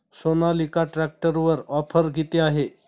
सोनालिका ट्रॅक्टरवर ऑफर किती आहे?